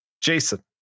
Jason